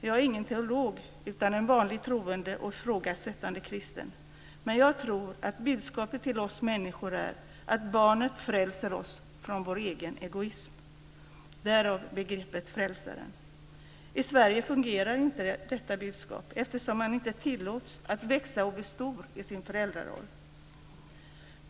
Jag är ingen teolog utan en vanlig troende och ifrågasättande kristen. Jag tror att budskapet till oss människor är att barnet frälser oss från vår egen egoism. Därav begreppet frälsaren. I Sverige fungerar inte detta budskap eftersom man inte tillåts att växa och bli stor i sin föräldraroll.